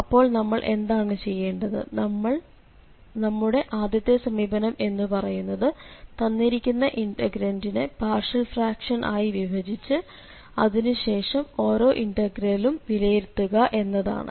അപ്പോൾ നമ്മൾ എന്താണ് ചെയ്യേണ്ടത് നമ്മുടെ ആദ്യത്തെ സമീപനം എന്ന് പറയുന്നത് തന്നിരിക്കുന്ന ഇന്റഗ്രന്റിനെ പാർഷ്യൽ ഫ്രാക്ഷൻ ആയി വിഭജിച്ച് എഴുതിയശേഷം ഓരോ ഇന്റഗ്രലും വിലയിരുത്തുക എന്നതാണ്